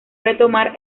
retomar